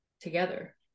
together